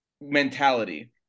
mentality